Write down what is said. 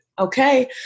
Okay